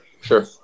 Sure